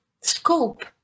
scope